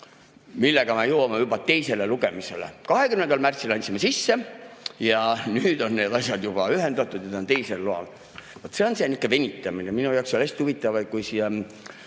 millega me jõuame juba teisele lugemisele. [21]. märtsil andsime sisse ja nüüd on need asjad juba ühendatud ja ta on teisel lugemisel. See on nihuke venitamine. Minu jaoks oli hästi huvitav, kui proua